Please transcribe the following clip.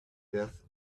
death